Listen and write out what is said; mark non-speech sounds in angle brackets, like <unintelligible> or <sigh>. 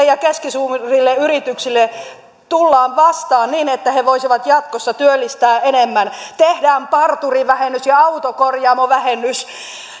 <unintelligible> ja keskisuurille yrityksille tullaan vastaan niin että he voisivat jatkossa työllistää enemmän tehdään parturivähennys ja autokorjaamovähennys